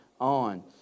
on